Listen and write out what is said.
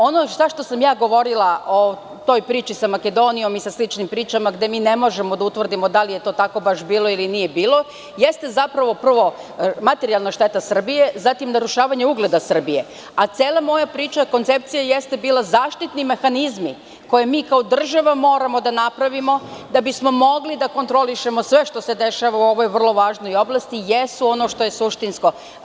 Ono sve što sam ja govorila o toj priči sa Makedonijom i sa sličnim pričama, gde mi ne možemo da utvrdimo da li je to tako baš bilo ili nije bilo, jeste zapravo prvo materijalna šteta Srbije, zatim narušavanje ugleda Srbije, a cela moja priča koncepcija jeste bila zaštitni mehanizmi koje mi kao država moramo da napravimo da bi smo mogli da kontrolišemo sve što se dešava u ovoj vrlo važnoj oblasti, jesu ono što je suštinsko.